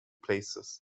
places